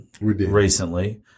recently